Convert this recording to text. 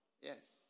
Yes